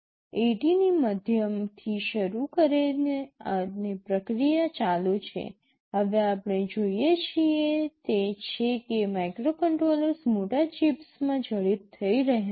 ૮૦ ની મધ્યથી શરૂ કરીને અને પ્રક્રિયા ચાલુ છે હવે આપણે જોઈએ છીએ તે છે કે માઇક્રોકન્ટ્રોલર્સ મોટા ચિપ્સમાં જડિત થઈ રહ્યાં છે